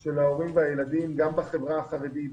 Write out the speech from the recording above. של ההורים והילדים גם בחברה החרדית,